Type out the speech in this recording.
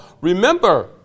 remember